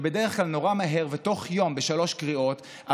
ובדרך כלל נורא מהר ובתוך יום בשלוש קריאות,